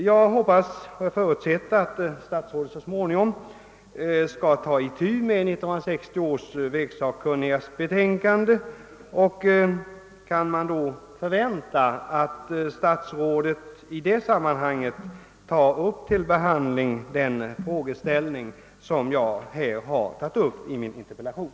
Jag hoppas kunna förutsätta att statsrådet så småningom skall ta itu med 1960 års vägsakkunnigas betänkande och att man då kan förvänta att herr statsrådet överväger även de frågor som jag berört i min interpellation.